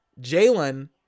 Jalen